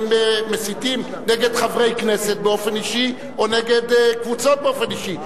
שמסיתים נגד חברי כנסת באופן אישי או נגד קבוצות באופן אישי.